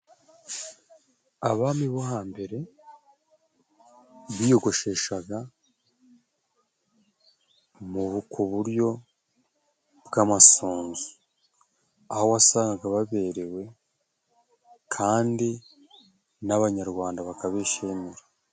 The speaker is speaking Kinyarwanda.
Abami bo hambere biyogosheshaga mu kuburyo bw'amasunzu aho wasangaga baberewe, kandi n'abanyarwanda bakabishimira.